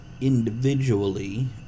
individually